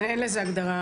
אין לזה הגדרה,